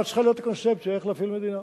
מה צריכה להיות הקונספציה, איך להפעיל מדינה.